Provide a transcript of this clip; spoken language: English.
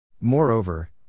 Moreover